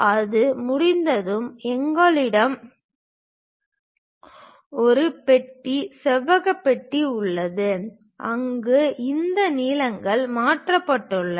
அது முடிந்ததும் எங்களிடம் ஒரு பெட்டி செவ்வக பெட்டி உள்ளது அங்கு இந்த நீளங்கள் மாற்றப்பட்டுள்ளன